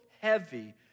heavy